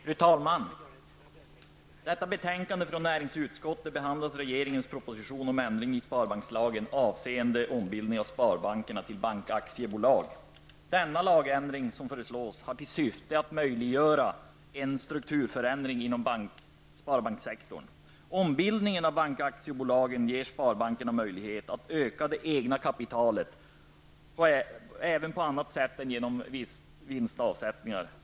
Fru talman! I detta betänkande från näringsutskottet behandlas regeringens proposition om ändring i sparbankslagen avseende ombildning av sparbankerna till bankaktiebolag. Den lagändring som föreslås har till syfte att möjliggöra en strukturförändring inom sparbankssektorn. Ombildningen av bankaktiebolagen ger sparbankerna möjlighet att öka det egna kapitalet, även på annat sätt än genom vinstavsättningar.